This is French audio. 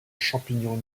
champignons